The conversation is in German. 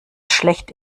schlecht